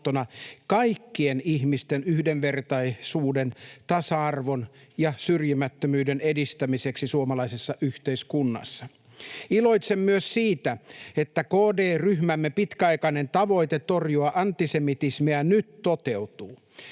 kaikkien ihmisten yhdenvertaisuuden, tasa-arvon ja syrjimättömyyden edistämiseksi suomalaisessa yhteiskunnassa. Iloitsen myös siitä, että KD-ryhmämme pitkäaikainen tavoite torjua antisemitismiä nyt toteutuu.